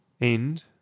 End